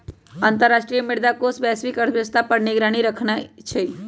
अंतर्राष्ट्रीय मुद्रा कोष वैश्विक अर्थव्यवस्था पर निगरानी रखइ छइ